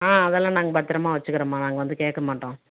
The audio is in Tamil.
ஆ அதெல்லாம் நாங்கள் பத்திரமாக வச்சுக்கிறோம்மா நாங்கள் வந்து கேட்க மாட்டோம்